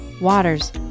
waters